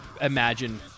imagine